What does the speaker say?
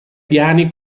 piani